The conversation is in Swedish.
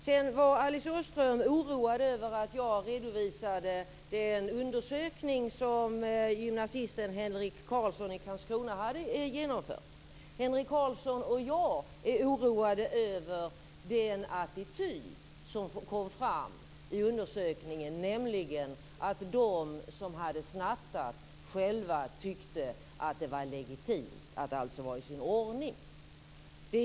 Sedan var Alice Åström oroad över att jag redovisade den undersökning som gymnasisten Henric Carlsson i Karlskrona hade genomfört. Henric Carlsson och jag är oroade över den attityd som kom fram i undersökningen, nämligen att de som hade snattat själva tyckte att det var legitimt, att allt var i sin ordning.